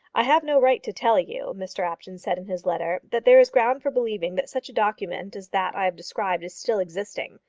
i have no right to tell you, mr apjohn said in his letter, that there is ground for believing that such a document as that i have described is still existing.